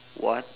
what